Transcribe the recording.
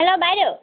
hello বাইদেউ